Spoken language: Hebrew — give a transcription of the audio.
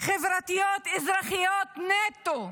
חברתיות אזרחיות נטו.